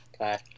Okay